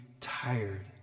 tired